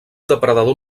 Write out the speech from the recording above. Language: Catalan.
depredador